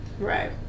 Right